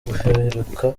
guhirika